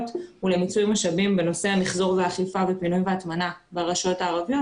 ולמיצוי משאבים בנושא המיחזור והאכיפה ופינוי והטמנה ברשויות הערביות.